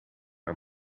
aan